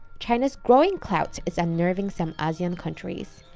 china's growing clout is unnerving some asean countries.